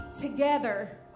together